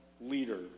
leader